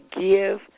give